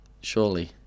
surely